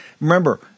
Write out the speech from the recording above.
Remember